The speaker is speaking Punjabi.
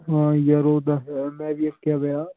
ਹਾਂ ਯਾਰ ਉਹ ਤਾਂ ਹੈ ਮੈਂ ਵੀ ਅੱਕਿਆ ਪਿਆ